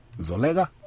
Zolega